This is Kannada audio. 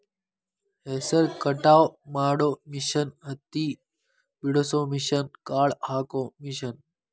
ಹೆಸರ ಕಟಾವ ಮಾಡು ಮಿಷನ್ ಹತ್ತಿ ಬಿಡಸು ಮಿಷನ್, ಕಾಳ ಹಾಕು ಮಿಷನ್